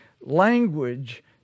language